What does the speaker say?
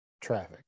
traffic